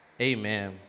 Amen